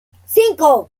cinco